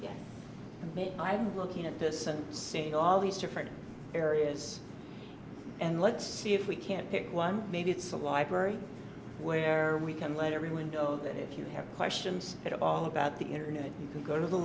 yeah i'm looking at this and saying all these different areas and let's see if we can pick one maybe it's a library where we can let every window that if you have questions at all about the internet you can go to the